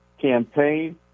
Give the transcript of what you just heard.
campaign